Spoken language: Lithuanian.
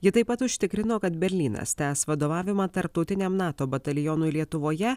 ji taip pat užtikrino kad berlynas tęs vadovavimą tarptautiniam nato batalionui lietuvoje